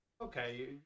Okay